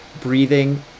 breathing